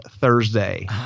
Thursday